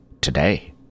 Today